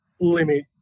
limit